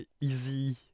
easy